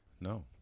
No